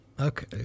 okay